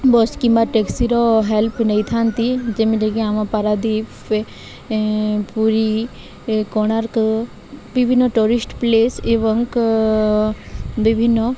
bus କିମ୍ବା ଟ୍ୟାକ୍ସିର help ନେଇଥାନ୍ତି ଯେମିତିକି ଆମ ପାାରାଦ୍ୱୀପ ପୁରୀ କୋଣାର୍କ ବିଭିନ୍ନ ଟୁରିଷ୍ଟ୍ ପ୍ଲେସ୍ ଏବଂ ବିଭିନ୍ନ